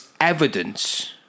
evidence